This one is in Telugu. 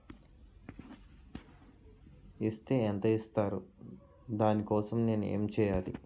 ఇస్ తే ఎంత ఇస్తారు దాని కోసం నేను ఎంచ్యేయాలి?